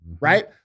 right